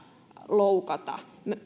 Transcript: loukata